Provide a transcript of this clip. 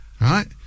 right